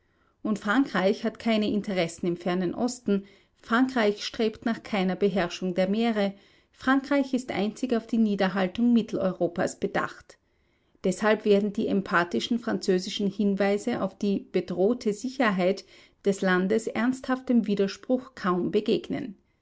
und frankreich hat keine interessen im fernen osten frankreich strebt nach keiner beherrschung der meere frankreich ist einzig auf die niederhaltung mitteleuropas bedacht deshalb werden die emphatischen französischen hinweise auf die bedrohte sicherheit des landes ernsthaftem widerspruch kaum begegnen